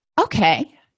okay